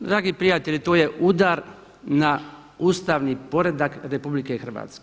Dragi prijatelji to je udar na ustavni poredak RH.